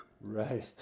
Right